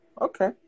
Okay